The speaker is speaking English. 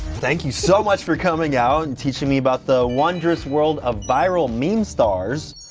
thank you so much for coming out and teaching me about the wondrous world of viral meme stars!